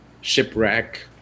shipwreck